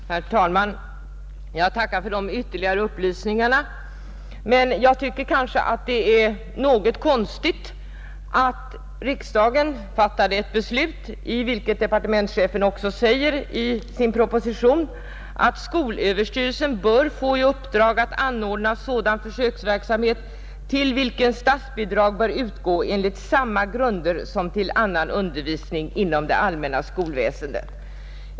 Herr talman! Jag tackar för dessa ytterligare upplysningar. Men jag tycker kanske att det är något konstigt. Riksdagen har fattat ett beslut enligt en proposition där departementschefen säger att skolöverstyrelsen bör få i uppdrag att anordna försöksverksamhet, till vilken statsbidrag bör utgå enligt samma grunder som till annan undervisning inom det allmänna skolväsendet.